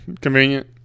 Convenient